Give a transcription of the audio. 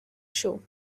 show